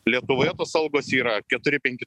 lietuvoje tos algos yra keturi penki